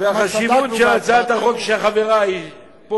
החשיבות של הצעת החוק שחברי פה,